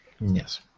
Yes